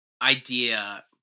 idea